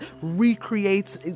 recreates